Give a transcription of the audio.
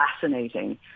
fascinating